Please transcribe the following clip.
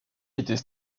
étaient